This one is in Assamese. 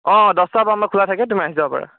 অঁ দহটাৰ পৰা আমাৰ খোলা থাকে তুমি আহি যাব পাৰা